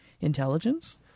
intelligence